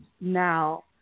now